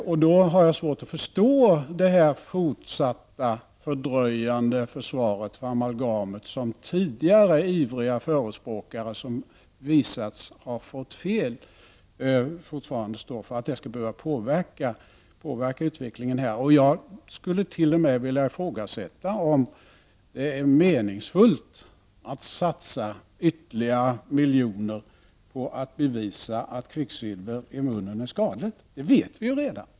Jag har därför svårt att förstå att det fortsatta fördröjande försvaret för amalgamet skall behöva påverka utvecklingen, även om tidigare ivriga förespråkare har fått fel. Jag skulle t.o.m. vilja ifrågasätta om det är meningsfullt att satsa ytterligare miljoner på att bevisa att kvicksilver i munnen är skadligt. Det vet vi ju redan.